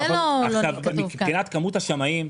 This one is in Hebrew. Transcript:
מבחינת כמות השמאים,